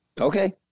Okay